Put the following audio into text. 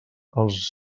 els